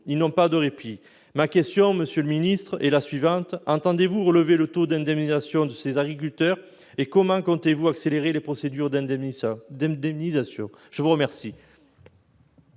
Ils n'ont pas de répit. Ma question, monsieur le ministre, est la suivante : entendez-vous relever le taux d'indemnisation de ces agriculteurs ; comment comptez-vous accélérer les procédures d'indemnisation ? La parole